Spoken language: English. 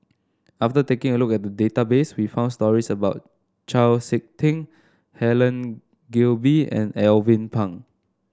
after taking a look at the database we found stories about Chau SiK Ting Helen Gilbey and Alvin Pang